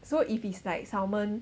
so if it's like salmon